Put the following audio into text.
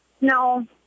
no